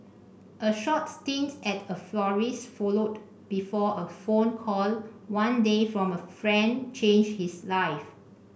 a short stint at a florist's followed before a phone call one day from a friend changed his life